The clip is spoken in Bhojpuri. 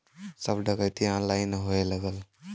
सब डकैती ऑनलाइने होए लगल